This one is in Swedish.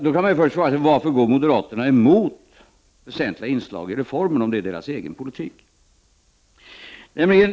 Man kan först fråga sig varför moderaterna går emot väsentliga inslag i reformen, om den överensstämmer med deras egen politik.